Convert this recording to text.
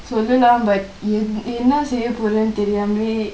சொல்லலாம்:solalaam but என்ன செய்ய போரேனு தெரியாமலே:enna seiya porennu theriyaamale